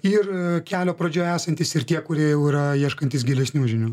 ir kelio pradžioje esantys ir tie kurie jau yra ieškantys gilesnių žinių